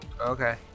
Okay